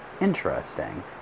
interesting